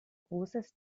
großes